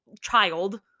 child